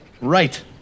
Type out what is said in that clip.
right